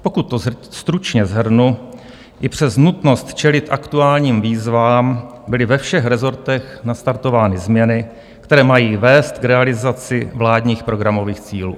Pokud to stručně shrnu, i přes nutnost čelit aktuálním výzvám byly ve všech rezortech nastartovány změny, které mají vést k realizaci vládních programových cílů.